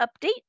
update